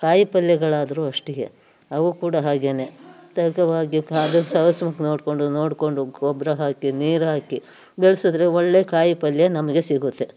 ಕಾಯಿಪಲ್ಲೆಗಳಾದ್ರೂ ಅಷ್ಟೇಯೇ ಅವು ಕೂಡ ಹಾಗೆಯೇ ತಹಕವಾಗಿ ಕಾದು ಸಸಿಸ್ಬೇಕು ನೋಡಿಕೊಂಡು ನೋಡಿಕೊಂಡು ಗೊಬ್ಬರ ಹಾಕಿ ನೀರು ಹಾಕಿ ಬೆಳ್ಸಿದ್ರೆ ಒಳ್ಳೆಯ ಕಾಯಿಪಲ್ಲೆ ನಮಗೆ ಸಿಗುತ್ತೆ